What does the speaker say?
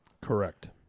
Correct